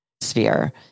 sphere